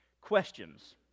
questions